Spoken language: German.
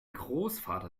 großvater